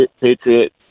patriot